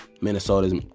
Minnesota's